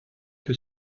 que